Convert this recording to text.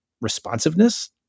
responsiveness